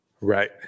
Right